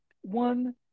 one